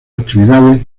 actividades